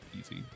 easy